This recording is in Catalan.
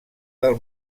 del